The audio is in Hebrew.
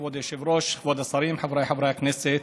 כבוד היושב-ראש, כבוד השרים, חבריי חברי הכנסת,